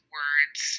words